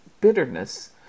bitterness